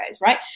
right